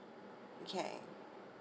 okay